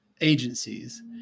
agencies